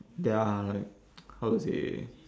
there are like how to say